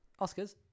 Oscars